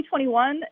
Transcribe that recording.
2021